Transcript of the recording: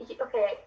Okay